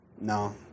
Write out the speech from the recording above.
no